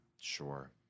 Sure